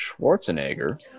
Schwarzenegger